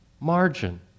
margin